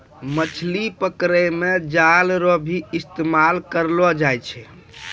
मछली पकड़ै मे जाल रो भी इस्तेमाल करलो जाय छै